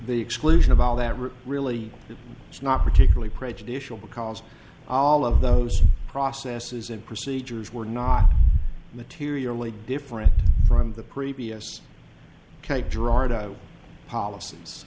the exclusion of all that really is not particularly prejudicial because all of those processes and procedures were not materially different from the previous cape gerardo